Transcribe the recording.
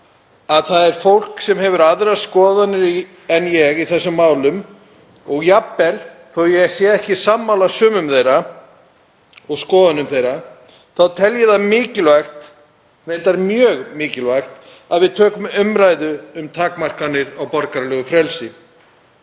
að það er fólk sem hefur aðrar skoðanir en ég í þessum málum og jafnvel, þó að ég sé ekki sammála sumum þeirra og skoðunum þeirra, þá tel ég það mikilvægt, reyndar mjög mikilvægt, að við tökum umræðu um takmarkanir á borgaralegu frelsi.